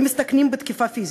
הם מסתכנים בתקיפה פיזית.